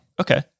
Okay